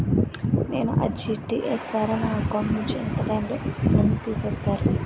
నేను ఆ.ర్టి.జి.ఎస్ ద్వారా నా అకౌంట్ నుంచి ఎంత టైం లో నన్ను తిసేస్తారు?